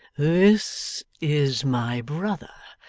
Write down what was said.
this is my brother,